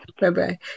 Bye-bye